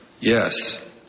Yes